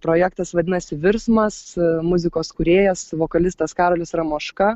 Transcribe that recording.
projektas vadinasi virsmas muzikos kūrėjas vokalistas karolis ramoška